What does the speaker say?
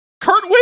kurt